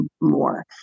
more